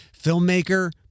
filmmaker